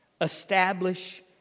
establish